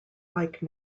like